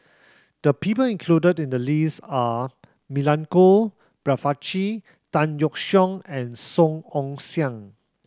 the people included in the list are Milenko Prvacki Tan Yeok Seong and Song Ong Siang